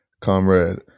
comrade